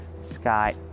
sky